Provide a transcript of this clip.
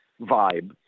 vibe